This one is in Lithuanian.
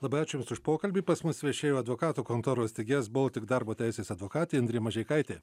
labai ačiū jums už pokalbį pas mus viešėjo advokatų kontoros steigėjas baltic darbo teisės advokatė indrė mažeikaitė